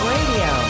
Radio